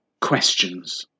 questions